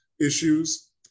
issues